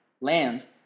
lands